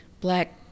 black